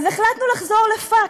אז החלטנו לחזור לפקס,